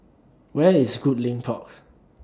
Where IS Goodlink Park